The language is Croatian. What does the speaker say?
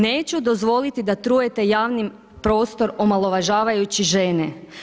Neću dozvoliti da trujete javni prostor omalovažavajući žene.